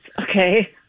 Okay